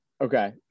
Okay